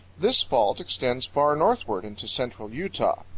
this fault extends far northward into central utah.